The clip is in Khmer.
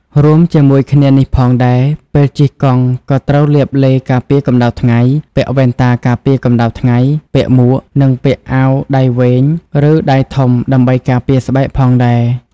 រួមជាមួយគ្នានេះផងដែរ ពេលជិះកង់ក៏ត្រូវលាបឡេការពារកម្តៅថ្ងៃ ពាក់វ៉ែនតាការពារកម្តៅថ្ងៃ ពាក់មួក និងពាក់អាវដៃវែង ឬដៃធំដើម្បីការពារស្បែកផងដែរ។